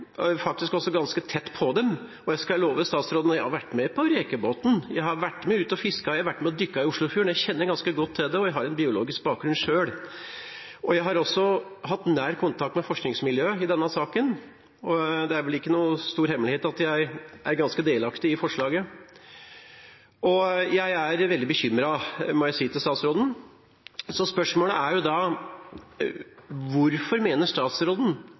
faktisk også ganske tett på det, og jeg skal love statsråden at jeg har vært med på rekebåten, vært med og fisket, dykket i Oslofjorden. Jeg kjenner ganske godt til det, og jeg har en biologisk bakgrunn selv. Jeg har også hatt nær kontakt med forskningsmiljøet i denne saken, og det er vel ikke noen stor hemmelighet at jeg er ganske delaktig i forslaget. Jeg er veldig bekymret, må jeg si til statsråden. Spørsmålet er da: Hvorfor mener statsråden